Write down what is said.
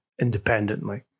independently